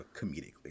comedically